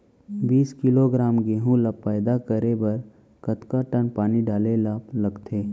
बीस किलोग्राम गेहूँ ल पैदा करे बर कतका टन पानी डाले ल लगथे?